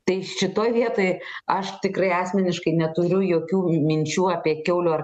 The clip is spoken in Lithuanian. tai šitoj vietoj aš tikrai asmeniškai neturiu jokių minčių apie kiaulių ar kaimo